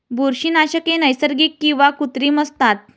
बुरशीनाशके नैसर्गिक किंवा कृत्रिम असतात